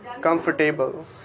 comfortable